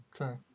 Okay